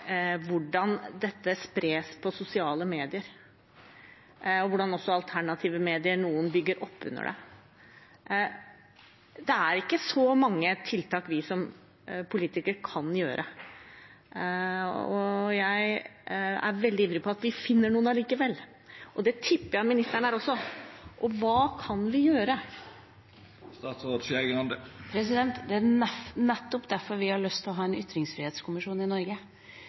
hvordan dette spres i sosiale medier, og også hvordan noen alternative medier bygger opp under det. Det er ikke så mange tiltak vi som politikere kan gjøre, men jeg er veldig ivrig på at vi finner noen allikevel, og det tipper jeg ministeren også er. Hva kan vi gjøre? Det er nettopp derfor vi har lyst til å ha en ytringsfrihetskommisjon i Norge.